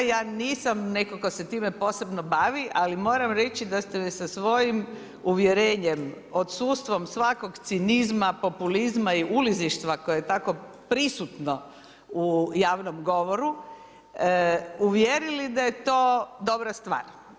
Ja nisam neko tko se time posebno bavi, ali moram reći da ste me sa svojim uvjerenjem odsustvom svakog cinizma, populizma i ulizištva koje tako je tako prisutno u javnom govoru uvjerili da je to dobra stvar.